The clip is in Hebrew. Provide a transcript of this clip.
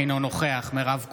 אינו נוכח מירב כהן,